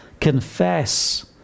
confess